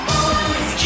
Boys